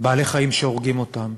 בעלי-חיים שהורגים אותם,